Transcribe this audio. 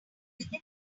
within